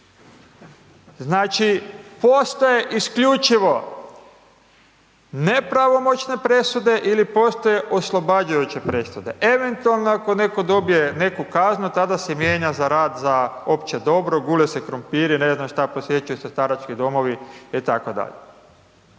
Znači, postoje isključivo nepravomoćne presude ili postoje oslobađajuće presude, eventualno ako netko dobije neku kaznu, tada se mijenja za rad za opće dobro, gule se krumpiri, ne znam, šta, posjećuju se starački domovi itd.